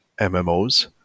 MMOs